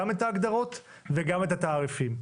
גם את ההגדרות וגם את התעריפים.